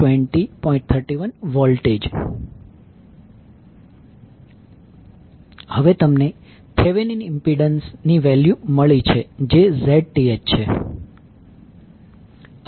31V હવે તમને Thevenin impedance value મળી છે જે Zth છે